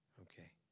Okay